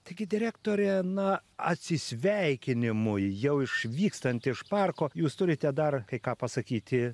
taigi direktore na atsisveikinimui jau išvykstant iš parko jūs turite dar kai ką pasakyti